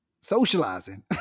socializing